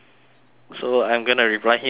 so I'm going to reply him myself